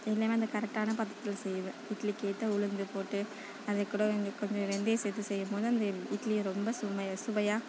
எல்லாமே அந்த கரெக்டான பதத்தில் செய்வேன் இட்லிக்கு ஏற்ற உளுந்து போட்டு அதுக்கூட கொஞ்சம் வெந்தயம் சேர்த்து செய்யும் போது அந்த இட்லி ரொம்ப சுமை சுவையாக